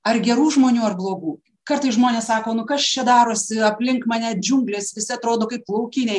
ar gerų žmonių ar blogų kartais žmonės sako nu kas čia darosi aplink mane džiunglės visi atrodo kaip laukiniai